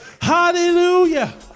hallelujah